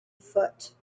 foot